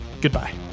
Goodbye